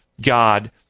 God